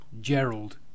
Gerald